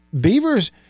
Beavers